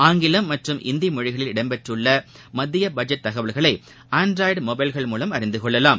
ஆங்கிலம் மற்றும் இந்தி மொழிகளில் இடம் பெற்றுள்ள பட்ஜெட் தகவல்களை ஆன்ட்ராய்டு மொபைல்கள் மூலம் அறிந்து கொள்ளலாம்